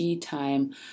Time